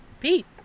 Pete